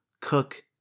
cook